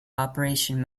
operation